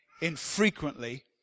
infrequently